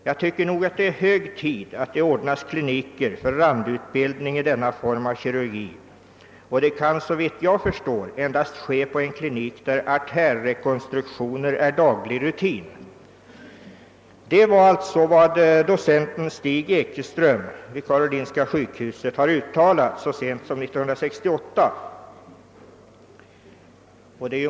Jag tycker nog att det är hög tid att det ordnas kliniker för randutbildning i denna form av kirurgi, och det kan, så vitt jag förstår, endast ske på en klinik där artärrekonstruktioner är daglig rutin.> Detta är alltså vad docenten Stig Ekeström vid Karolinska sjukhuset har uttalat så sent som 1968.